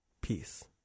Peace